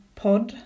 pod